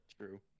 True